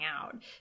out